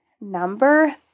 number